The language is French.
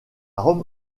rome